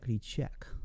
check